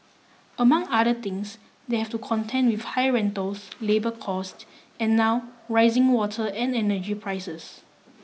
among other things they have to contend with high rentals labour costs and now rising water and energy prices